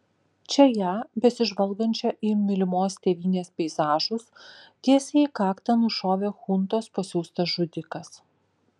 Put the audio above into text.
čia ją besižvalgančią į mylimos tėvynės peizažus tiesiai į kaktą nušovė chuntos pasiųstas žudikas